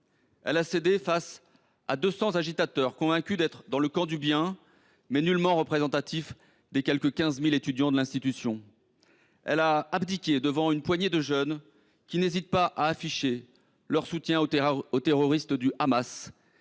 Elle a cédé face à 200 agitateurs convaincus d’être dans le camp du bien, mais nullement représentatifs des quelque 15 000 étudiants de l’institution. Elle a abdiqué devant une poignée de jeunes qui n’hésitent pas à afficher leur soutien aux terroristes du Hamas